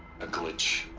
a glitch.